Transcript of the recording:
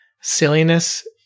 silliness